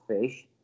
fish